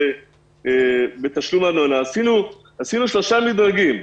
בתשלום ארנונה עשינו שלושה מדרגים.